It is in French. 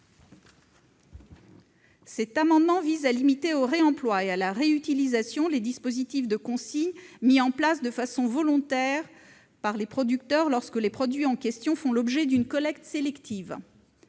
502 rectifié vise à limiter au réemploi et à la réutilisation les dispositifs de consigne mis en place de façon volontaire par les producteurs, lorsque les produits en question font l'objet d'une collecte sélective.